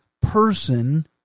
person